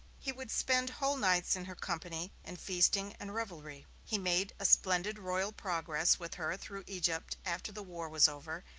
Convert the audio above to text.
he would spend whole nights in her company, in feasting and revelry. he made a splendid royal progress with her through egypt after the war was over,